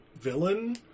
villain